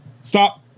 Stop